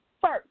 first